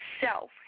self